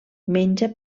menja